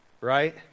right